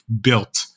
built